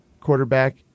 Quarterback